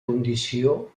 condició